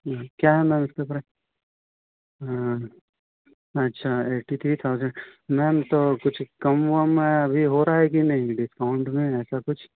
जी क्या मैम उसका प्राइस हाँ अच्छा एट्टी थ्री थाउजेंड मैम तो कुछ कम अम अभी हो रहा कि नहीं डिस्काउंट में ऐसा कुछ